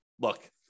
look